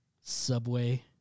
Subway